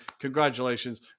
Congratulations